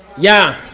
yeah!